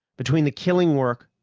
between the killing work,